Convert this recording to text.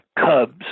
cubs